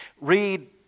Read